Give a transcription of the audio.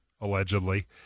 allegedly